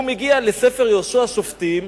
הוא מגיע לספר יהושע ולספר שופטים,